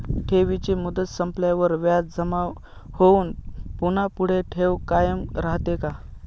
ठेवीची मुदत संपल्यावर व्याज जमा होऊन पुन्हा पुढे ठेव कायम राहते का?